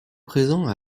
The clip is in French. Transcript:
présent